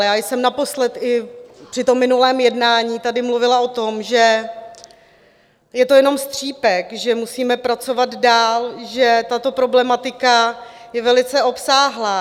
Já jsem naposled i při minulém jednání tady mluvila o tom, že je to jenom střípek, že musíme pracovat dál, že tato problematika je velice obsáhlá.